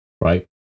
right